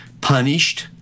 punished